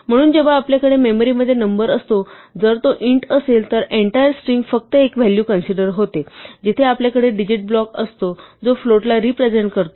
म्हणून जेव्हा आपल्याकडे मेमरीमध्ये नंबर असतो जर तो इंट असेल तर एंटायर स्ट्रिंग फक्त एक व्हॅलू कन्सिडर होते जिथे आपल्याकडे डिजिट ब्लॉक असतो जो फ्लोटला रिप्रेझेन्ट करतो